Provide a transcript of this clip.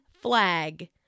flag